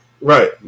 Right